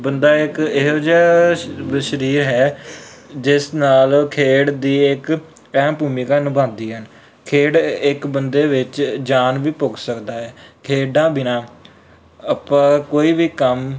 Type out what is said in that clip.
ਬੰਦਾ ਇੱਕ ਇਹੋ ਜਿਹਾ ਬ ਸਰੀਰ ਹੈ ਜਿਸ ਨਾਲ ਖੇਡ ਦੀ ਇਕ ਅਹਿਮ ਭੂਮਿਕਾ ਨਿਭਾਉਂਦੀ ਹਨ ਖੇਡ ਇੱਕ ਬੰਦੇ ਵਿੱਚ ਜਾਨ ਵੀ ਪੁੱਗ ਸਕਦਾ ਹੈ ਖੇਡਾਂ ਬਿਨਾਂ ਆਪਾਂ ਕੋਈ ਵੀ ਕੰਮ